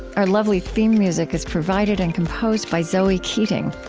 our lovely theme music is provided and composed by zoe keating.